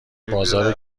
بازار